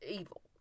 evil